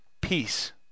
Peace